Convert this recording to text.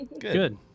Good